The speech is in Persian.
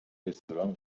رستوران